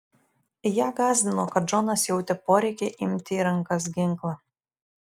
ją gąsdino kad džonas jautė poreikį imti į rankas ginklą